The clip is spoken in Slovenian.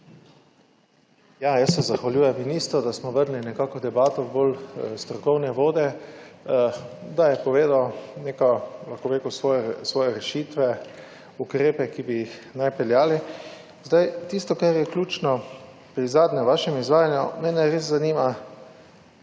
Ja, jaz se zahvaljujem ministru, da smo vrgli nekako debato v bolj strokovne vode, da je povedal neko, lahko bi rekel, svoje rešitve, ukrepe, ki bi jih naj peljali. Zdaj tisto, kar je ključno pri zadnjem vašem izvajanju, mene res zanima,